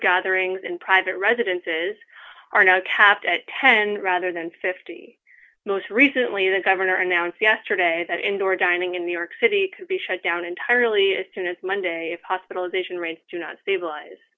gatherings in private residences are now capped at ten rather than fifty most recently the governor announced yesterday that indoor dining in the york city could be shut down entirely soon as monday if hospitalization rates do not stabilize